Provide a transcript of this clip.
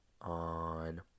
On